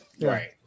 Right